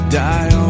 die